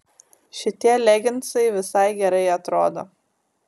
šitie leginsai visai gerai atrodo